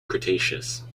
cretaceous